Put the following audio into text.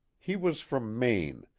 he was from maine,